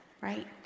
Right